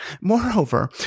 Moreover